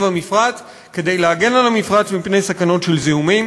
המפרץ כדי להגן על המפרץ מפני סכנות של זיהומים.